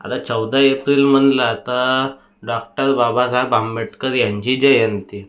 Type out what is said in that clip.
आता चौदा एप्रिल म्हणला तर डॉक्टर बाबासाहेब आंबेडकर यांची जयंती